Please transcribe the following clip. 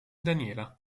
daniela